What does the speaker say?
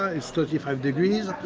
ah it's thirty five degrees,